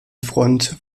front